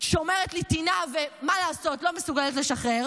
שומרת לי טינה, ולא מסוגלת לשחרר,